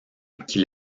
qu’il